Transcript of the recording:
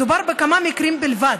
מדובר בכמה מקרים בלבד,